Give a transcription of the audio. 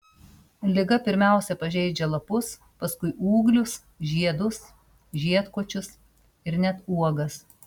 liga pirmiausia pažeidžia lapus paskui ūglius žiedus žiedkočius ir net uogas